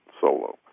solo